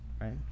right